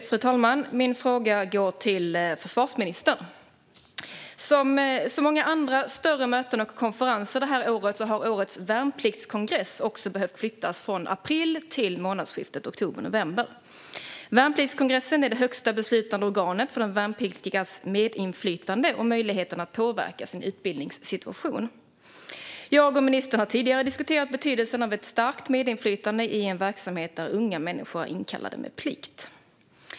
Fru talman! Min fråga går till försvarsministern. Som så många andra större möten och konferenser det här året har också årets värnpliktskongress behövt flyttas, från april till månadsskiftet oktober/november. Värnpliktskongressen är det högsta beslutande organet för de värnpliktigas medinflytande och möjlighet att påverka sin utbildningssituation. Jag och ministern har tidigare diskuterat betydelsen av ett starkt medinflytande i en verksamhet där unga människor är inkallade med plikt.